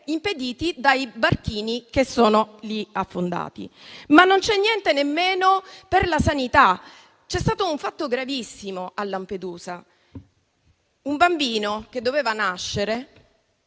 impediti dai barchini che sono lì affondati. Non c'è niente nemmeno per la sanità. C'è stato un fatto gravissimo a Lampedusa. Un bambino che doveva nascere